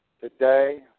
today